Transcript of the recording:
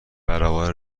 برابر